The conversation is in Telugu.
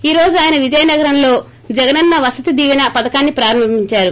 ఈ రోజు ఆయన విజయనగరంలో జగనన్న వసతి దీపెన పథకాన్ని ప్రారంభించారు